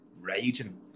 raging